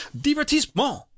divertissement